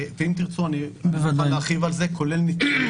ואם תרצו, אני אוכל להרחיב על זה, כולל נתונים.